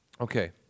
Okay